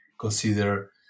consider